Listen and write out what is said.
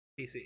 PC